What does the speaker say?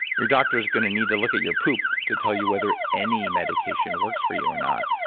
your doctor's going to need to look at your poop to tell you whether any medication works for you or not.